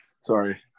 sorry